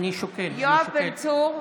יואב בן צור,